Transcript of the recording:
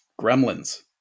Gremlins